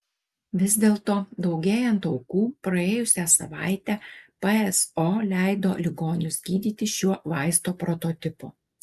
vis dėlto daugėjant aukų praėjusią savaitę pso leido ligonius gydyti šiuo vaisto prototipu